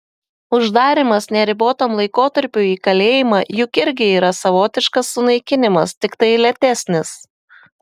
uždarymas neribotam laikotarpiui į kalėjimą juk irgi yra savotiškas sunaikinimas tiktai lėtesnis